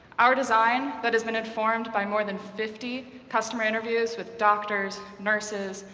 our design that has been informed by more than fifty customer interviews with doctors, nurses,